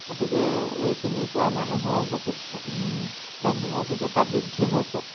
গতিকে এইখিনিৰপৰা মানুহৰ বহুত বেংকিং অভিজ্ঞতা বৃদ্ধি হৈছে